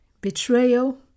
betrayal